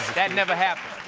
that never happened,